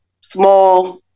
small